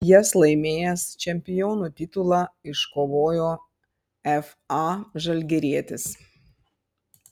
jas laimėjęs čempionų titulą iškovojo fa žalgirietis